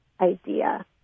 idea